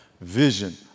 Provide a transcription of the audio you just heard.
vision